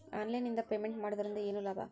Online ನಿಂದ payment ಮಾಡುವುದರಿಂದ ಏನು ಲಾಭ?